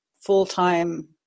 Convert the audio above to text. full-time